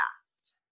past